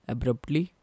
Abruptly